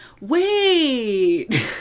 wait